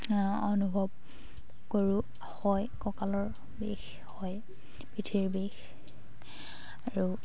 অনুভৱ কৰোঁ হয় কঁকালৰ বিষ হয় পিঠিৰ বিষ আৰু